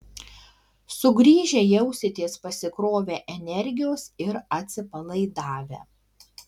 sugrįžę jausitės pasikrovę energijos ir atsipalaidavę